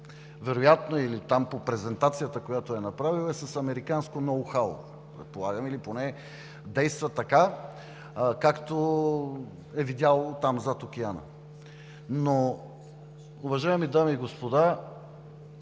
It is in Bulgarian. вероятно или по презентацията, която е направил, е с американско ноухау, предполагам или поне действа така, както е видял там, зад океана. Уважаеми дами и господа,